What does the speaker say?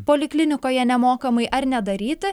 poliklinikoje nemokamai ar nedaryti